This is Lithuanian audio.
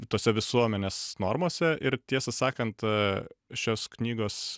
tose visuomenės normose ir tiesą sakant šios knygos